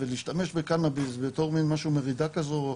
ולהשתמש בקנאביס בתור מן מרידה כזו,